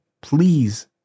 Please